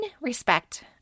respect